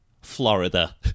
Florida